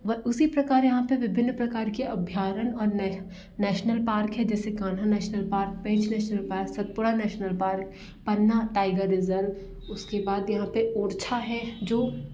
व उसी प्रकार यहाँ पर विभिन्न प्रकार के अभ्यारण औ नेह नेशनल पार्क हैं जैसे Kanha national park Pench national park Satpura national park Panna tiger reserve उसके बाद यहाँ पर ओरछा है जो